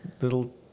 little